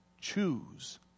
choose